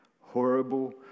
horrible